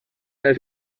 els